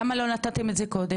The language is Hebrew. למה לא נתתם את זה קודם?